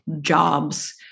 jobs